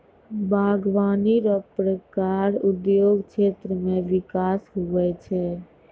बागवानी रो प्रकार उद्योग क्षेत्र मे बिकास हुवै छै